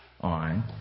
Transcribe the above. on